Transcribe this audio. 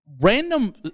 Random